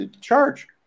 charge